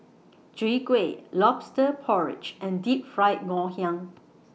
Chwee Kueh Lobster Porridge and Deep Fried Ngoh Hiang